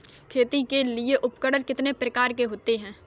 खेती के लिए उपकरण कितने प्रकार के होते हैं?